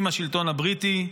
עם השלטון הבריטי.